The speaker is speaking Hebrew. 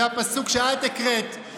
זה הפסוק שאת הקראת.